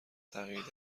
تغییر